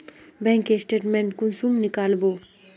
Bank के statement कुंसम नीकलावो?